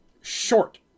short